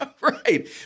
right